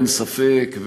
אין ספק,